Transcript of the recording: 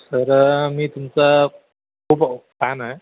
sir मी तुमचा खूप फॅन आहे